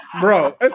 Bro